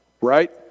right